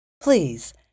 Please